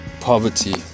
poverty